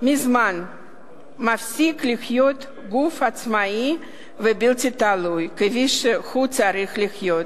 מזמן הפסיק להיות גוף עצמאי ובלתי תלוי כפי שהוא צריך להיות.